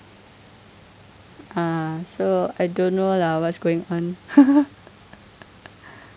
ah so I don't know lah what's going on